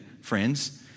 friends